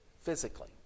physically